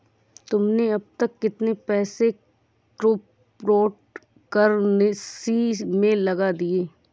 तुमने अब तक कितने पैसे क्रिप्टो कर्नसी में लगा दिए हैं?